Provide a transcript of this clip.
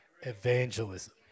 evangelism